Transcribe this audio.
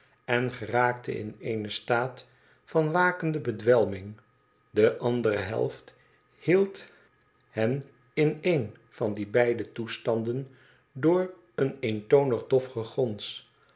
en geraakte in een staat van wakende bedwelming de andere helft hield hen in een van die beide toestanden dogr een eentonig dof gegons